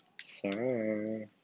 Sir